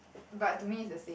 but to me is the same